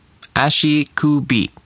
ashikubi